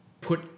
put